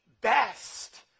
best